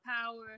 power